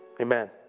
Amen